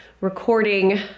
recording